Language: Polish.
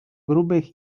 grubych